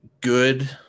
good